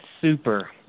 super